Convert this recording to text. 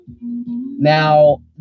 Now